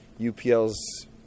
UPL's